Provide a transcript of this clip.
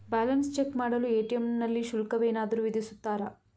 Balance check ಮಾಡಲು ATM ನಲ್ಲಿ ಶುಲ್ಕವೇನಾದರೂ ವಿಧಿಸುತ್ತಾರಾ?